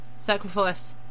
Sacrifice